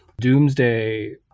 doomsday